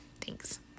Thanks